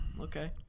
okay